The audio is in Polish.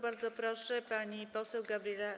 Bardzo proszę, pani poseł Gabriela